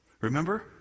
Remember